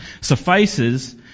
suffices